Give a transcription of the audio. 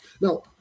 Now